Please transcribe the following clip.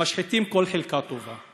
משחיתות כל חלקה טובה: